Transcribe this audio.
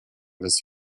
des